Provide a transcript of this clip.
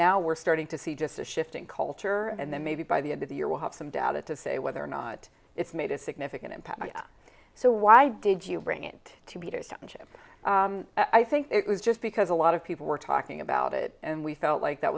now we're starting to see just a shift in culture and then maybe by the end of the year we'll have some data to say whether or not it's made a significant impact so why did you bring it to beat or township i think it was just because a lot of people were talking about it and we felt like that